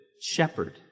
shepherd